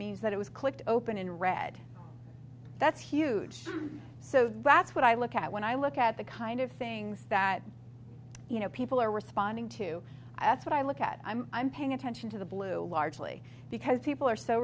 means that it was clicked open and read that's huge so that's what i look at when i look at the kind of things that you know people are responding to that's what i look at i'm i'm paying attention to the blue largely because people are so